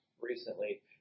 recently